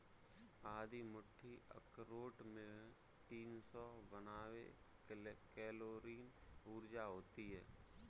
आधी मुट्ठी अखरोट में तीन सौ बानवे कैलोरी ऊर्जा होती हैं